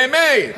באמת?